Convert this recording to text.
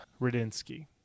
Radinsky